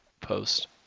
post